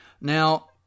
Now